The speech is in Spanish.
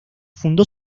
fundó